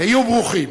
היו ברוכים.